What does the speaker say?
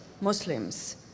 Muslims